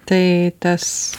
tai tas